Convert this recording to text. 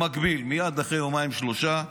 במקביל מייד, אחרי יומיים-שלושה,